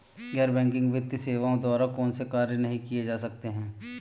गैर बैंकिंग वित्तीय सेवाओं द्वारा कौनसे कार्य नहीं किए जा सकते हैं?